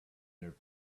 their